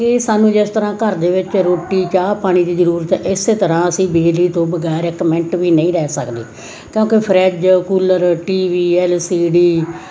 ਕਿ ਸਾਨੂੰ ਜਿਸ ਤਰਾਂ ਘਰ ਦੇ ਵਿੱਚ ਰੋਟੀ ਚਾਹ ਪਾਣੀ ਦੀ ਜਰੂਰਤ ਇਸ ਤਰ੍ਹਾਂ ਅਸੀਂ ਬਿਜਲੀ ਤੋਂ ਬਗੈਰ ਇੱਕ ਮਿੰਟ ਵੀ ਨਹੀਂ ਰਹਿ ਸਕਦੇ ਕਿਉਂਕਿ fridge cooler T V L C D